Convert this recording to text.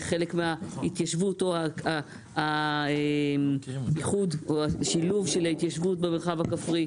חלק מההתיישבות או האיחוד או השילוב של ההתיישבות במרחב הכפרי,